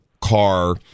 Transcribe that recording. car